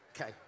Okay